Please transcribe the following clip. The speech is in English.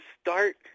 start